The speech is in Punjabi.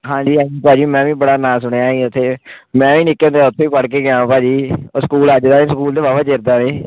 ਹਾਂਜੀ ਹਾਂਜੀ ਭਾਅ ਜੀ ਮੈਂ ਵੀ ਬੜਾ ਨਾਂ ਸੁਣਿਆ ਉੱਥੇ ਮੈਂ ਵੀ ਨਿੱਕੇ ਹੁੰਦਿਆਂ ਉੱਥੇ ਹੀ ਪੜ੍ਹ ਕੇ ਗਿਆ ਭਾਅ ਜੀ ਉਹ ਸਕੂਲ ਅੱਜ ਦਾ ਨਹੀਂ ਸਕੂਲ ਤਾਂ ਵਾਵਾ ਚਿਰ ਦਾ ਹੈ